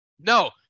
No